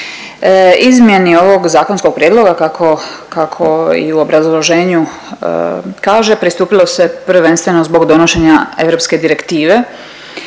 Izmjeni ovog zakonskog prijedloga kako, kako ovaj i u obrazloženju kaže pristupilo se prvenstveno zbog donošenja Europske direktive